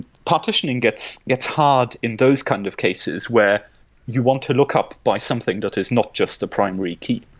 partitioning gets gets hard in those kind of cases where you want to look up by something that is not just a primary key.